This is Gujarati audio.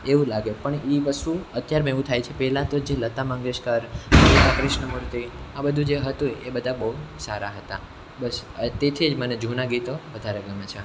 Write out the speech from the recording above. એવું લાગે પણ એ વસ્તુ અત્યારમાં એવું થાય છે પહેલાં તો જે લતા મંગેશકર ક્રિશ્ન મૂર્તિ આ બધું જે હતુંય એ બધા બહુ સારા હતા બસ તેથી જ મને જૂના ગીતો વધારે ગમે છે